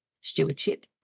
stewardship